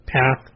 path